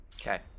Okay